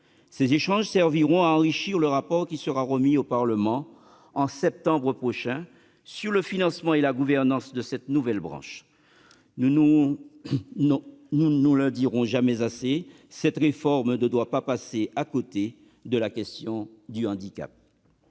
Ces échanges serviront à enrichir le rapport qui sera remis au Parlement, en septembre prochain, sur le financement et la gouvernance de cette nouvelle branche. Nous ne le dirons jamais assez : cette réforme ne doit pas passer à côté de la question du handicap.